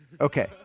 Okay